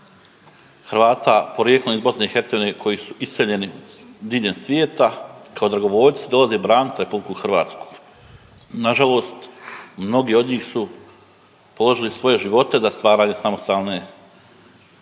Hrvata porijeklom iz BiH koji su iseljeni diljem svijeta kao dragovoljci dolaze braniti RH. Nažalost mnogi od njih su položili svoje živote za stvaranje samostalne